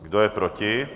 Kdo je proti?